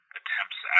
attempts